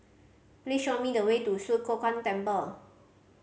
please show me the way to Swee Kow Kuan Temple